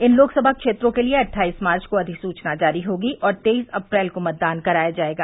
इन लोकसभा क्षेत्रों के लिए अट्ठाईस मार्च को अधिसूचना जारी होगी और तेईस अप्रैल को मतदान कराया जायेगा